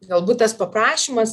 galbūt tas paprašymas